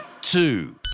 two